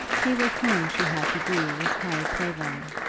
he with whom she had to do was harry clavering,